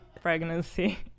pregnancy